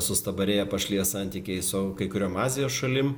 sustabarėję pašliję santykiai su kai kuriom azijos šalim